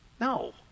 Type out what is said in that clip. No